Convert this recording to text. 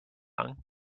young